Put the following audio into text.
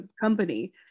company